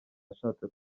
yashatse